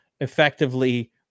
effectively